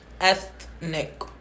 Ethnic